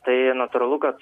tai natūralu kad